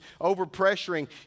overpressuring